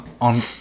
on